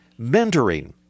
Mentoring